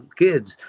kids